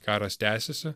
karas tęsiasi